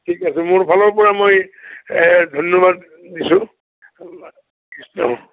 ঠিক আছে মোৰ ফালৰপৰা মই ধন্যবাদ দিছোঁ